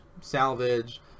Salvage